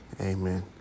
Amen